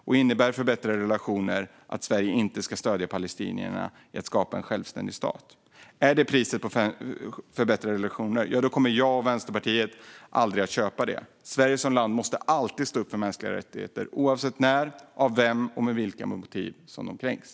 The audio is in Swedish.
Och innebär förbättrade relationer att Sverige inte ska stödja palestinierna i att skapa en självständig stat? Är detta priset för förbättrade relationer kommer jag och Vänsterpartiet aldrig att köpa det. Sverige som land måste alltid stå upp för mänskliga rättigheter, oavsett när, av vem och med vilka motiv de kränks.